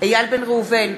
איל בן ראובן,